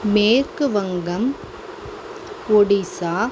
West Bengal Odisha